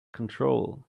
control